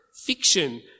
fiction